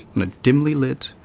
on a dimly lit,